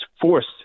forced